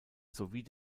sowie